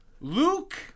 Luke